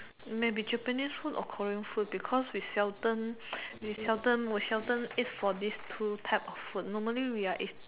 maybe Japanese food or Korean food because we seldom we seldom we seldom eat these two kind of food normally we is eat